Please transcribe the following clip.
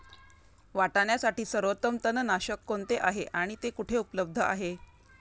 वाटाण्यासाठी सर्वोत्तम तणनाशक कोणते आहे आणि ते कुठे उपलब्ध आहे?